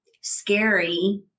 scary